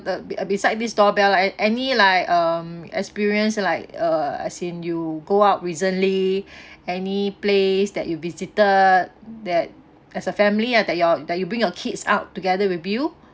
the be~ uh beside this doorbell like any like um experience like uh as in you go out recently any place that you visited that as a family ah that you're that you bring your kids out together with you